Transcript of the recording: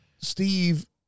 Steve